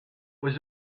was